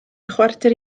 chwarter